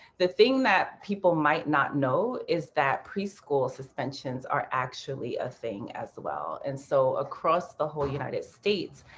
the thing that people might not know is that preschool suspensions are actually a thing as well. and so across the whole united states,